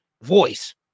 voice